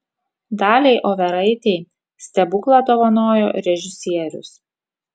daliai overaitei stebuklą dovanojo režisierius